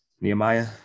Nehemiah